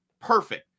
perfect